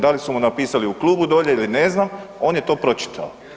Da li su mu napisali u klubu dolje ili ne znam, on je to pročitao.